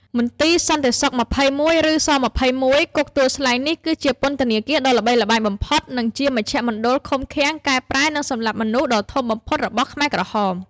មន្ទីរសន្តិសុខ ២១ (ឬ ស-២១) គុកទួលស្លែង នេះគឺជាពន្ធនាគារដ៏ល្បីល្បាញបំផុត និងជាមជ្ឈមណ្ឌលឃុំឃាំង កែប្រែ និងសម្លាប់មនុស្សដ៏ធំបំផុតរបស់ខ្មែរក្រហម។